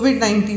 COVID-19